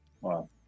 wow